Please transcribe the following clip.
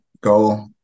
goal